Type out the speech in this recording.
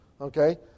Okay